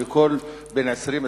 שכל בן 20,